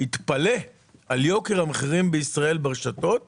התפלא על יוקר המחירים ברשתות בישראל.